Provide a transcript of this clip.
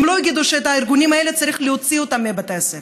הם לא יגידו שאת הארגונים האלה צריך להוציא מבתי הספר.